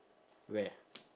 where